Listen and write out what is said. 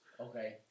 Okay